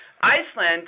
Iceland